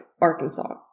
Arkansas